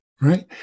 right